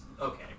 Okay